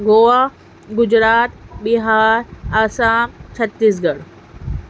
گوا گجرات بہار آسام چھتیس گڑھ